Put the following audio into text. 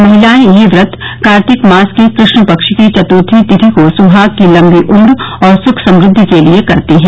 महिलायें यह व्रत कार्तिक मास के कृष्णपक्ष की चत्थी तिथि को सुहाग की लम्बी उम्र और सुख समृद्वि के लिये करती हैं